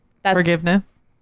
Forgiveness